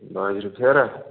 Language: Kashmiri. باجرِ پھیرا